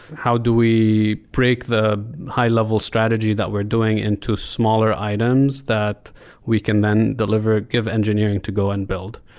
how do we break the high-level strategy that we're doing into smaller items that we can then deliver, give engineering to go and build?